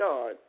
God